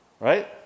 Right